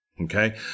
okay